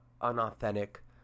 unauthentic